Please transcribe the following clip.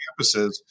campuses